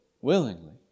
willingly